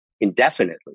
indefinitely